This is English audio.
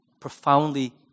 profoundly